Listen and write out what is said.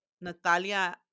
natalia